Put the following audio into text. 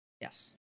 Yes